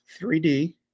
3d